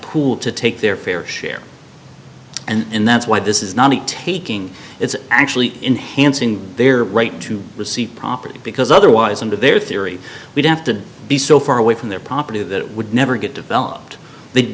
pool to take their fair share and that's why this is not taking it's actually enhanced in their right to receive property because otherwise under their theory we'd have to be so far away from their property that it would never get developed they'd